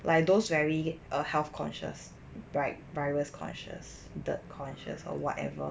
like those very err health conscious like virus conscious 的 conscious or whatever